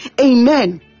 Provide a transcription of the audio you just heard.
Amen